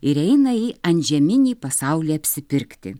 ir eina į antžeminį pasaulį apsipirkti